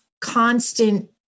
constant